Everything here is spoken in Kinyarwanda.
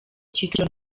kicukiro